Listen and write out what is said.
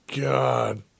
God